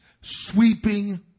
sweeping